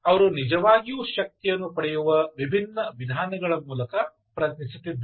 ಅವರು ನಿಜವಾಗಿಯೂ ಶಕ್ತಿಯನ್ನು ಪಡೆಯುವ ವಿಭಿನ್ನ ವಿಧಾನಗಳ ಮೂಲಕ ಪ್ರಯತ್ನಿಸುತ್ತಿದ್ದಾರೆ